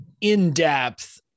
in-depth